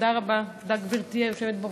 תודה רבה, גברתי היושבת בראש.